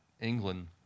England